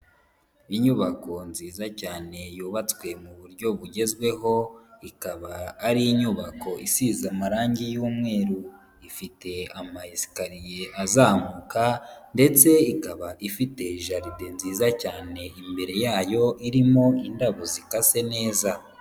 Inyubako nziza cyane yubatswe mu buryo bugezweho, ikaba ari inyubako isize amarangi y'umweru, ifite ama esikariye azamuka, ndetse ikaba ifite jaride nziza cyane imbere yayo irimo indabo zikase neza.